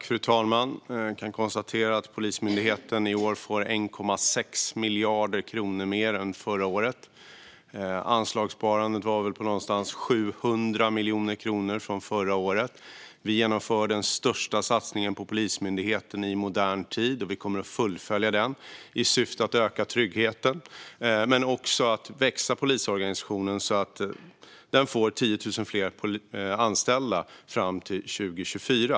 Fru talman! Jag kan konstatera att Polismyndigheten i år får 1,6 miljarder kronor mer än förra året. Anslagssparandet var på omkring 700 miljoner kronor från förra året. Vi genomför den största satsningen på Polismyndigheten i modern tid, och vi kommer att fullfölja den, i syfte att öka tryggheten och för att polisorganisationen ska växa så att den får 10 000 fler anställda fram till 2024.